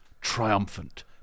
Triumphant